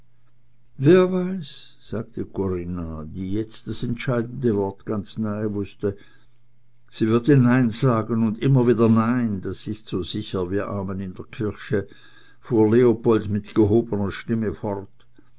wer weiß sagte corinna die jetzt das entscheidende wort ganz nahe wußte sie würde nein sagen und immer wieder nein das ist so sicher wie amen in der kirche fuhr leopold mit gehobener stimme fort